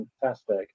fantastic